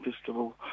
Festival